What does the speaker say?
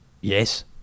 Yes